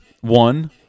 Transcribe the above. One